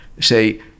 say